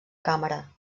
càmera